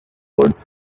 words